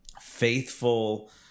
faithful